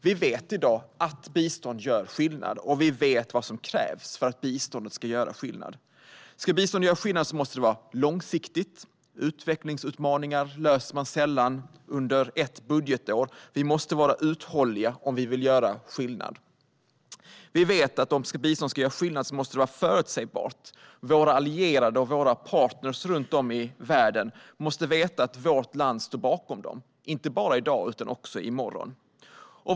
Vi vet i dag att bistånd gör skillnad, och vi vet vad som krävs för att det ska göra skillnad. Om bistånd ska göra skillnad måste det vara långsiktigt. Utvecklingsutmaningar löser man sällan under ett budgetår; vi måste vara uthålliga om vi vill göra skillnad. Om biståndet ska göra skillnad måste det vara förutsägbart. Våra allierade och partner runt om i världen måste veta att vårt land står bakom dem, inte bara i dag utan också i morgon.